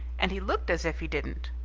and he looked as if he didn't!